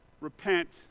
Repent